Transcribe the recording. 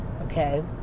okay